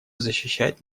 защищать